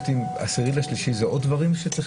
ב-10 במרץ עוד דברים שצריכים